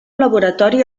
laboratori